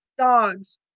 dogs